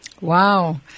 Wow